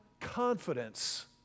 confidence